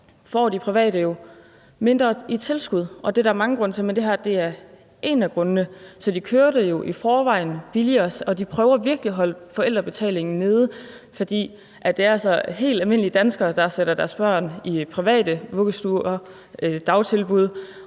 får de private jo mindre i tilskud, og det er der mange grunde til, og det er her en af grundene. Så de kører det jo i forvejen billigere, og de prøver virkelig at holde forældrebetalingen nede, fordi det er helt almindelige danskere, der sætter deres børn i private vuggestuer og dagtilbud,